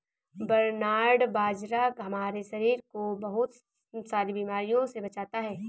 barnyard बाजरा हमारे शरीर को बहुत सारी बीमारियों से बचाता है